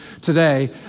today